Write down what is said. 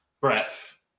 breath